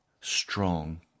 strong